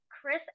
Chris